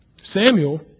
Samuel